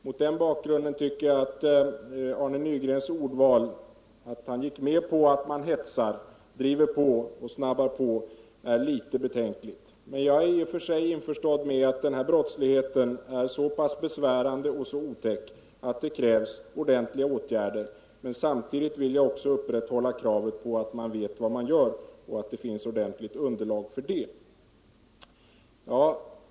Mot den bakgrunden tycker jag att Arne Nygrens ordval, att han gick med på att socialdemokraterna hetsar och driver på, är litet betänkligt. Jag är i och för sig införstådd med att denna brottslighet är så besvärande och otäck att det krävs ordentliga åtgärder, men samtidigt vill jag upprätthålla kravet på att man vet vad man gör och att det finns ett underlag för åtgärderna.